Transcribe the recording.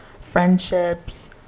friendships